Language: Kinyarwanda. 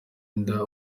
inda